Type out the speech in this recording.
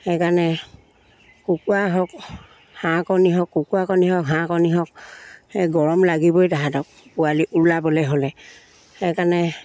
সেইকাৰণে কুকুৰা হওক হাঁহ কণী হওক কুকুৰা কণী হওক হাঁহ কণী হওক সেই গৰম লাগিবই তাহাঁতক পোৱালি ওলাবলে হ'লে সেইকাৰণে